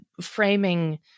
framing